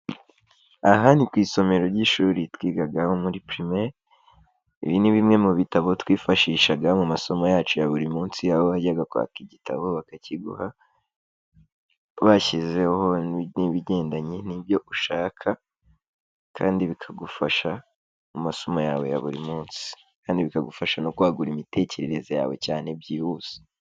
Aha ni ku isomero ry'ishuri twigaga muri primaire. Ibi ni bimwe mu bitabo twifashishaga mu masomo yacu ya buri munsi aho wajyaga kwaka igitabo bakakiguha bashyizeho n'ibigendanye n'ibyo ushaka kandi bikagufasha mu masomo yawe ya buri munsi. Kandi bikagufasha no kwagura imitekerereze yawe cyane byihuse.